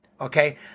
Okay